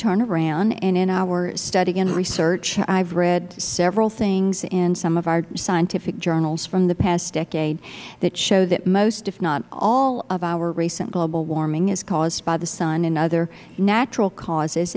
turn around and in our study and research i have read several things in some of our scientific journals from the past decade that show that most if not all of our recent global warming is caused by the sun and other natural causes